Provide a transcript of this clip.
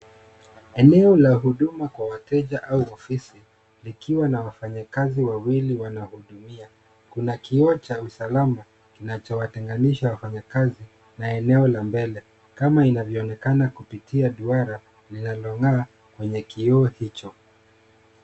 Eneo la huduma Kwa wateja au ofisi ikiwa na wafanyikazi wawili wanahudumia. Kuna kioo cha usalama kinachowatenganisha wanafanyakazi maeneo la mbele kama inavyoonekana kupitia duara linalongaa kwenye kioo hicho.